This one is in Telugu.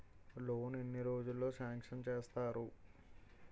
లోన్ ఎన్ని రోజుల్లో సాంక్షన్ చేస్తారు?